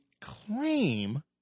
claim